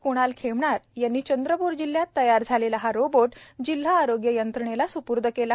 क्णाल खेमनार यांनी चंद्रपूर जिल्ह्यात तयार झालेला हा रोबोट जिल्हा आरोग्य यंत्रणेला सुपूर्द केला